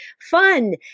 fun